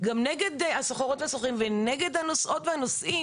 גם נגד הסוחרות והסוחרים ונגד הנוסעות והנוסעים